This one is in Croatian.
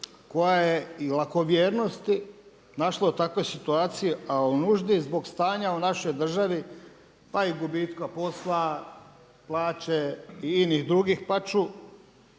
nužde i lakovjernosti našla u takvoj situaciji, a u nuždi zbog stanja u našoj državi pa i gubitka posla, plaće i inih drugih pa